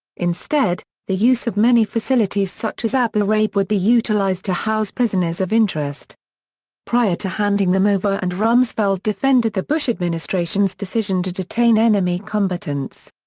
instead, the use of many facilities such as abu ghraib would be utilized to house prisoners of interest prior to handing them over and rumsfeld defended the bush administration's decision to detain enemy combatants.